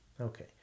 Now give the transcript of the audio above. Okay